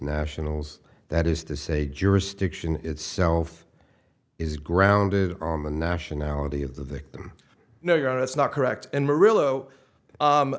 nationals that is to say jurisdiction itself is grounded on the nationality of the victim no your honor that's not correct and